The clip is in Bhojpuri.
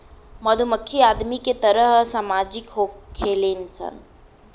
मधुमक्खी आदमी के तरह सामाजिक होखेली सन